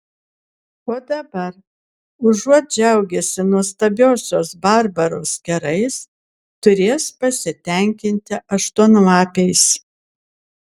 o dabar užuot džiaugęsi nuostabiosios barbaros kerais turės pasitenkinti aštuonlapiais